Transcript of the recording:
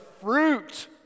fruit